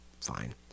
Fine